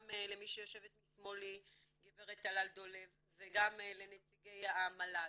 גם למי שיושבת משמאלי גב' טלל דולב וגם לנציגי המל"ג.